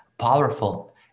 powerful